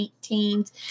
teens